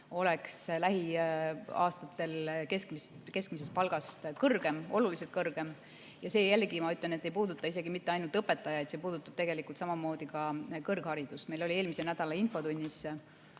oleks lähiaastatel keskmisest palgast kõrgem, oluliselt kõrgem. Ja see, ma jällegi kordan, ei puuduta mitte ainult õpetajaid, see puudutab tegelikult samamoodi ka kõrgharidustöötajaid. Meil oli eelmise nädala infotunnis